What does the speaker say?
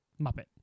Muppet